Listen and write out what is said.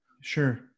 Sure